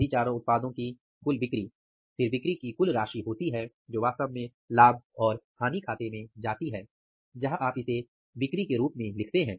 सभी चारों उत्पादों की कुल बिक्री फिर बिक्री की कुल राशि होती हैं जो वास्तव में लाभ और हानि खाते में जाती है जहां आप इसे बिक्री के रूप में लिखते हैं